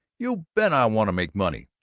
you bet i want to make money!